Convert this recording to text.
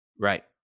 Right